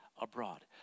abroad